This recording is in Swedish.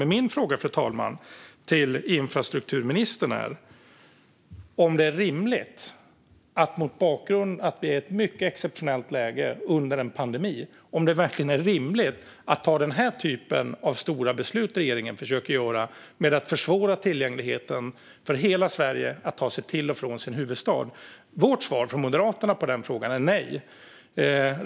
Jag vill fråga infrastrukturministern om det mot bakgrund av att vi är i ett mycket exceptionellt läge under en pandemi verkligen är rimligt att ta den här typen av stora beslut som regeringen försöker att göra och därmed försvåra tillgängligheten för hela Sverige när det gäller att ta sig till och från vår huvudstad. Moderaternas svar på den frågan är nej.